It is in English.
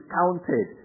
counted